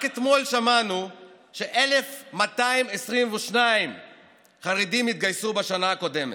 רק אתמול שמענו ש-1,222 חרדים התגייסו בשנה הקודמת,